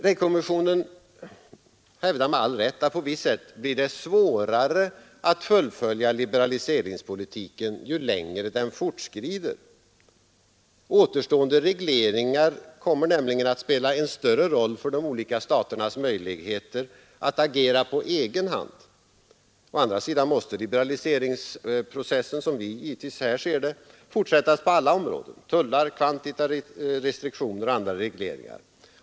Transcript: Rey-kommissionen hävdar med all rätt att det på visst sätt blir svårare att fullfölja liberaliseringspolitiken ju längre den fortskrider. Återstående regleringar kommer nämligen att spela en större roll för de olika staternas möjligheter att agera på egen hand. Å andra sidan måste liberaliseringsprocessen, såsom vi här ser det, fortsättas på alla områden — tullar, kvantitativa restriktioner och andra regleringar.